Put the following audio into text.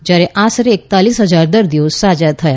જ્યારે આશરે એકતાલીસ હજાર દર્દીઓ સાજા થયા